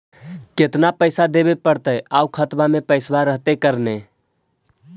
केतना पैसा देबे पड़तै आउ खातबा में पैसबा रहतै करने?